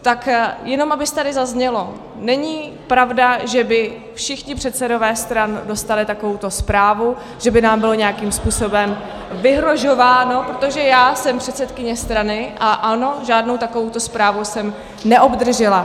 Tak jenom aby tady zaznělo, není pravda, že by všichni předsedové stran dostali takovouto zprávu, že by nám bylo nějakým způsobem vyhrožováno, protože já jsem předsedkyně strany a ano, žádnou takovouto zprávu jsem neobdržela.